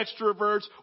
extroverts